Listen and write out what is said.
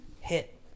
hit